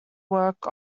work